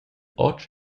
otg